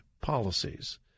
policies